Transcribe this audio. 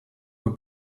were